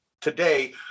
today